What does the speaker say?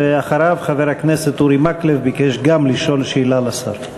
ואחריו חבר הכנסת אורי מקלב גם ביקש לשאול שאלה את השר.